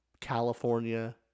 California